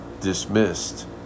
dismissed